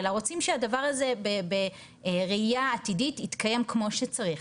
אלא רוצים שהדבר הזה בראייה עתידית יתקיים כמו שצריך,